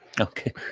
Okay